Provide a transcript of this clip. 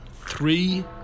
three